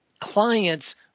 clients